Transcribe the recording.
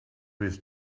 with